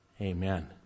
amen